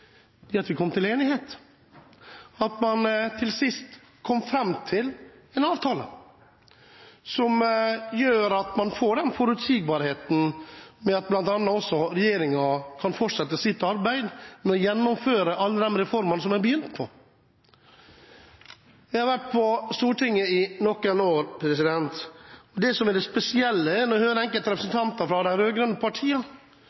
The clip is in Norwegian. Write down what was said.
er at vi kom til enighet. Vi kom til sist fram til en avtale, som gjør at man får forutsigbarheten som gjør at regjeringen kan fortsette sitt arbeid med å gjennomføre alle de reformene man har begynt på. Jeg har vært på Stortinget i noen år. Det som er det spesielle, er å høre enkelte